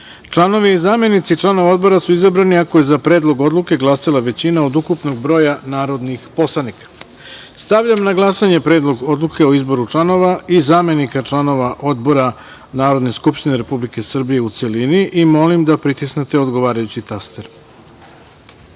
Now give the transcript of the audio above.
i zamenici članova Odbora su izabrani, ako je za Predlog odluke glasala većina od ukupnog broja narodnih poslanika. Stavljam na glasanje Predlog odluke o izboru članova i zamenika članova Odbora Narodne skupštine Republike Srbije, u celini. Molim da pritisnete odgovarajući